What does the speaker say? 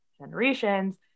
generations